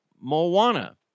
Moana